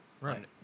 Right